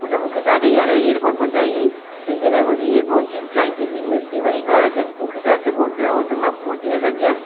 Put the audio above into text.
हुन मूंखे साढे यारहें एयरपोर्ट पहुचाईं त हिन जे करे मुंहिंजी एयरपोर्ट जी फ्लाइट निकिरी मिस थी वई ऐं अर्जेंट मूंखे काथे पहुचणो हो त मां पहुची न सघियमि